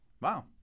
Wow